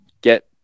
get